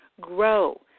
grow